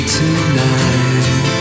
tonight